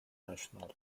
national